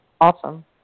Awesome